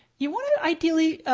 you want to ideally